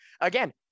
Again